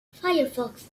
firefox